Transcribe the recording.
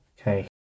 Okay